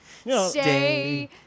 stay